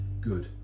good